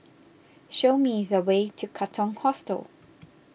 show me the way to Katong Hostel